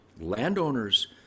landowners